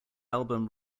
album